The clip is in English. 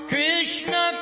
Krishna